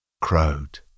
crowed